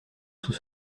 sous